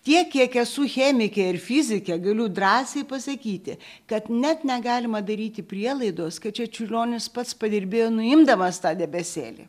tiek kiek esu chemikė ir fizikė galiu drąsiai pasakyti kad net negalima daryti prielaidos kad čia čiurlionis pats padirbėjo nuimdamas tą debesėlį